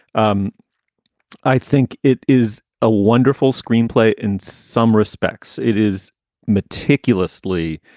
um i think it is a wonderful screenplay. in some respects, it is meticulously.